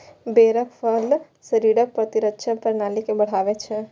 बेरक फल शरीरक प्रतिरक्षा प्रणाली के बढ़ाबै छै